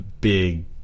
big